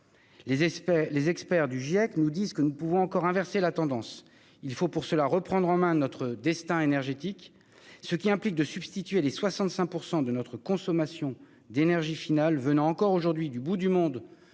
du climat (Giec) nous dit que nous pouvons encore inverser la tendance. Il faut pour cela reprendre en main notre destin énergétique, ce qui implique de remplacer 65 % de notre consommation d'énergie finale, qui vient encore aujourd'hui du bout du monde